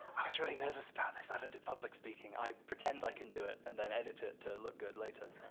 i was really nervous about this, i don't do public speaking. i pretend i can do it, and then edit it to look good later.